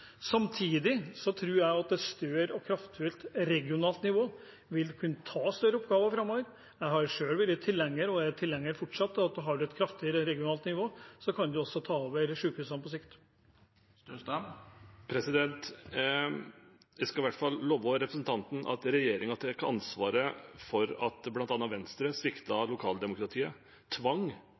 Samtidig tror jeg at et større og mer kraftfullt regionalt nivå vil kunne ta større oppgaver framover. Jeg har selv vært og er fortsatt tilhenger av at om man har et kraftigere regionalt nivå, så kan man også ta over sykehusene på sikt. Jeg skal i hvert fall love representanten at regjeringen tar ansvaret for at bl.a. Venstre sviktet lokaldemokratiet. Tvang